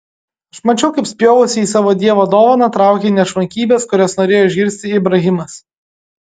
aš mačiau kaip spjovusi į savo dievo dovaną traukei nešvankybes kurias norėjo išgirsti ibrahimas